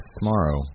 Tomorrow